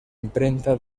imprenta